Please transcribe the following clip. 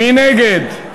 מי נגד?